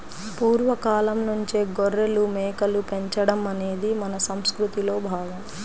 పూర్వ కాలంనుంచే గొర్రెలు, మేకలు పెంచడం అనేది మన సంసృతిలో భాగం